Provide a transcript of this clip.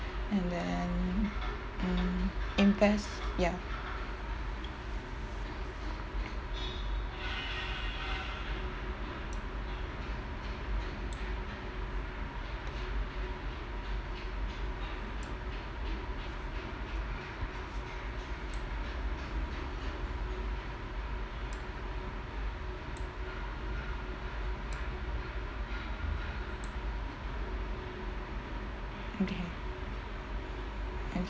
and then mm invest ya okay